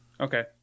Okay